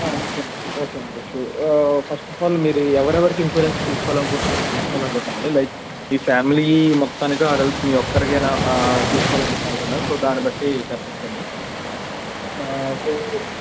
okay అండి okay అండి sure first of all మీరు ఎవరెవరికి ఇన్సూరెన్స్ తీసుకోవాలి అనుకుంటున్నారో తెలుసుకోవాలి అనుకుంటున్నాను అండి లైక్ మీ ఫ్యామిలీ మొత్తానికి ఆర్ ఎల్స్ మీ ఒక్కరికా తీసుకోవాలని చెప్పి అనుకుంటున్నారు సో దాన్ని బట్టి చెప్పచ్చు అండి సో